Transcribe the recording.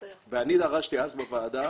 דרשתי אז בוועדה